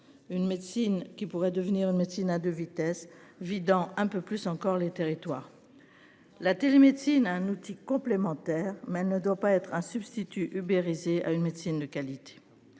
une médecine qui pourrait devenir une médecine à 2 vitesses vit dans un peu plus encore les territoires. La télémédecine un outil complémentaire mais ne doit pas être un substitut ubérisés à une médecine de qualité.